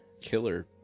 killer